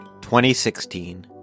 2016